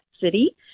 city